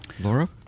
laura